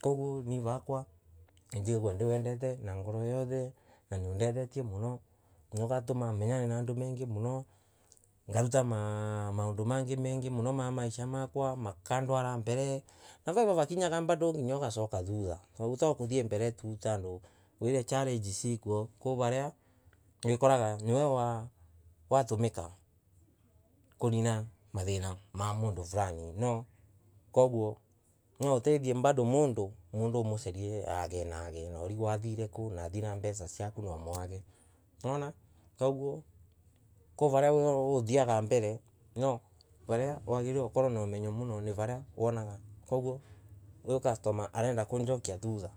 Kogua ni vakwa. ngegua nitwendete na ngoro yonthe. na undethetie muno. na ugatumia menyane na andu mengi muno. ngaruta maundu mengi mengi muno ma maisha makwa makandwara mbere na vevo vakinyanga ugacoka thutha. Twakuthie mbere tu. kwina challenge cikwo. Kwivana wikoraga niwe watumika kunina mathina mamundu fulani no koguo nwautethie bado mundu umucarie age na age na ungwe athie kuu na athire na mbeca ciaku naumwage. Nwora koguo kwi varia uthiaga mbere no vania wagirirwe gukorwo na umenyo ni varia wagirirwe gukorwo na kimjokia thutha